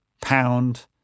pound